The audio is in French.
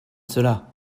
cela